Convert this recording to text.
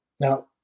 Now